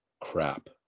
crap